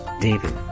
David